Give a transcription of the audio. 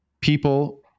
people